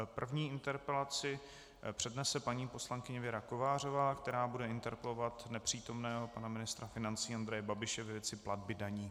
První interpelaci přednese paní poslankyně Věra Kovářová, která bude interpelovat nepřítomného pana ministra financí Andreje Babiše ve věci platby daní.